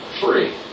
Free